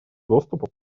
доступа